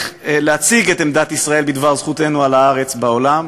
להציג את עמדת ישראל בדבר זכותנו על הארץ בעולם.